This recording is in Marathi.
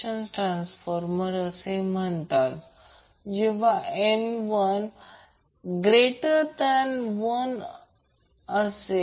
तर XC XL म्हणून ω 1 XC XL R असेल